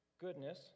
goodness